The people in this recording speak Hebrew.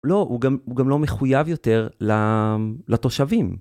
לא, הוא גם לא מחויב יותר לתושבים.